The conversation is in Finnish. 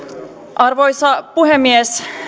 arvoisa puhemies